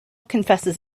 confesses